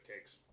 cakes